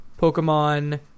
Pokemon